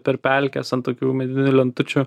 per pelkes ant tokių nedidelių lentučių